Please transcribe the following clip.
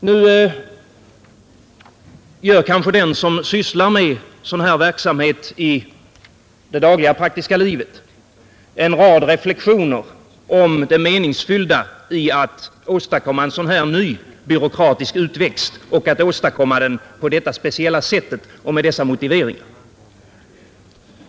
Nu gör kanske den som sysslar med sådan här verksamhet i det dagliga praktiska livet en rad reflexioner om det meningsfyllda i att åstadkomma en sådan här ny byråkratisk utväxt och att göra det på detta speciella sätt och med dessa motiveringar.